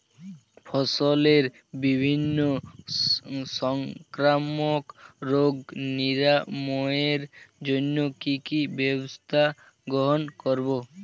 ফসলের বিভিন্ন সংক্রামক রোগ নিরাময়ের জন্য কি কি ব্যবস্থা গ্রহণ করব?